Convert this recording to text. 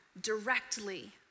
directly